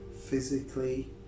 physically